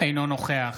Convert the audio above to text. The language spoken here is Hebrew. אינו נוכח